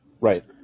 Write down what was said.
Right